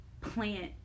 plant